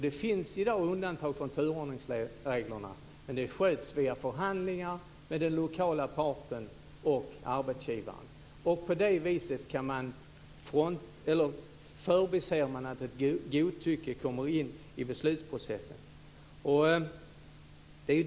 Det finns sådana i dag, men de sköts via förhandlingar mellan den lokala parten och arbetsgivaren. På det viset kan man förebygga att det kommer in ett godtycke i beslutsprocessen.